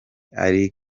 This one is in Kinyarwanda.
ari